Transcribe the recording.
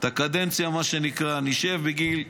מה שנקרא את הקדנציה, נשב בגיל 80,